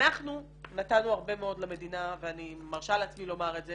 אנחנו נתנו הרבה מאוד למדינה ואני מרשה לעצמי לומר את זה